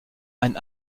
ein